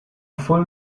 full